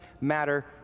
matter